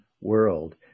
world